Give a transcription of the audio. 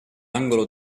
angolo